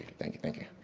thank you, thank you.